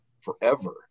forever